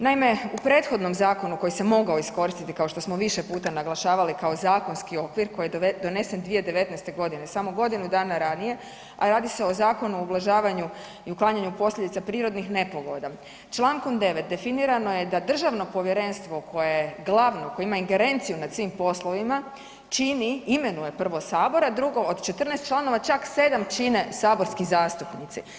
Naime, u prethodnom zakonu koji se mogao iskoristiti kao što smo više puta naglašavali kao zakonski okvir koji je donesen 2019. godine, samo godinu dana ranije, a radi se o zakonu o ublažavanju i uklanjanju posljedica prirodnih nepogoda, Člankom 9. definirano je da državno povjerenstvo koje je glavno koje ima ingerenciju nad svim poslovima, čini, imenuje prvo sabor, a drugo od 14 članova čak 7 čine saborski zastupnici.